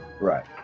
right